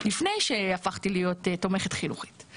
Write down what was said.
לפני שהפכתי להיות תומכת חינוכית.